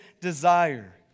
desire